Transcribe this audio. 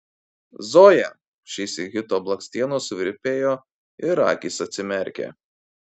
zoja šįsyk hito blakstienos suvirpėjo ir akys atsimerkė